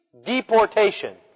deportation